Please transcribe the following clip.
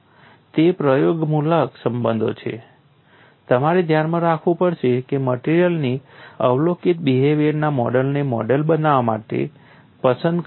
તે પ્રયોગમૂલક સંબંધો છે તમારે ધ્યાનમાં રાખવું પડશે કે મટેરીઅલની અવલોકિત બિહેવીઅરના મોડેલને મોડેલ બનાવવા માટે પસંદ કરવું પડશે